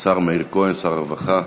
השר מאיר כהן, שר הרווחה,